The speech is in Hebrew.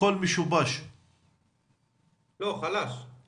ובכל נקודת זמן